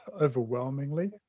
overwhelmingly